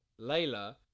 Layla